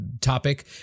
topic